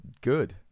good